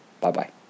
Bye-bye